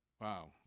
Wow